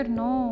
no